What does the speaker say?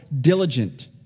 diligent